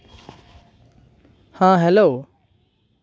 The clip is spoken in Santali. ᱦᱮᱸ ᱦᱮᱞᱳ